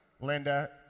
Linda